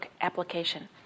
application